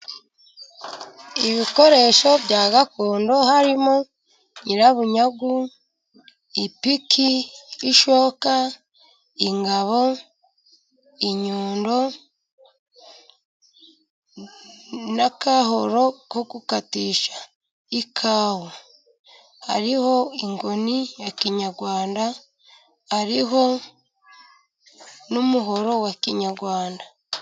Ibikoresho bya gakondo harimo nyirabunyagu, ipiki, ishoka, ingabo, inyundo n'akahoro ko gukatisha ikawa, hariho inkoni ya kinyarwanda, hariho n'umuhoro wa kinyarwanda.